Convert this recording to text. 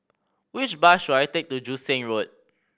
which bus should I take to Joo Seng Road